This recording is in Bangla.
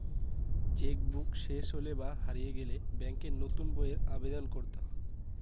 চেক বুক শেষ হলে বা হারিয়ে গেলে ব্যাঙ্কে নতুন বইয়ের আবেদন করতে হয়